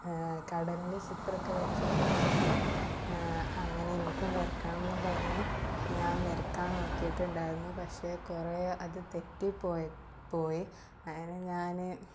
കടലിൻ്റെ ചിത്രം ഒക്കെ വരച്ചത് കണ്ടപ്പോൾ അങ്ങനെ എനിക്കും വരയ്ക്കണമെന്നും പറഞ്ഞ് ഞാൻ വരയ്ക്കാൻ നോക്കിയിട്ടുണ്ടായിരുന്നു പക്ഷേ കുറേ അത് തെറ്റിപ്പോയി അതിന് ഞാൻ